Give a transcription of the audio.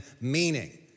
meaning